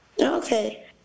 okay